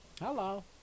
hello